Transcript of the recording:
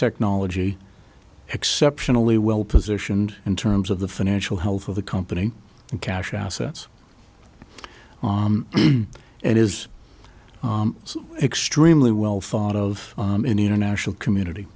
technology exceptionally well positioned in terms of the financial health of the company and cash assets on it is extremely well thought of in the international community